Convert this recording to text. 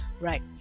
right